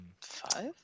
five